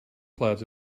clouds